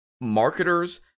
marketers